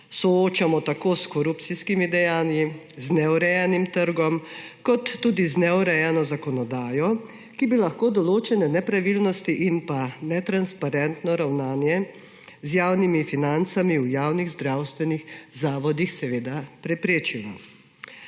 soočamo tako s korupcijskimi dejanji, z neurejenim trgom, kot tudi z neurejeno zakonodajo, ki bi lahko določene nepravilnosti in netransparentno ravnanje z javnimi financami v javnih zdravstvenih zavodih preprečila.